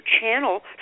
channel